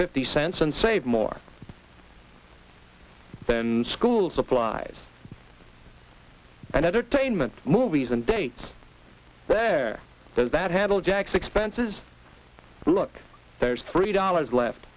fifty cents and save more then school supplies and entertainment movies and dates there are those that handle jack sixpences look there's three dollars left